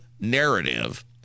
narrative